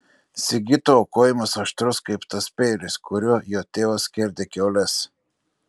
sigito aukojimas aštrus kaip tas peilis kuriuo jo tėvas skerdė kiaules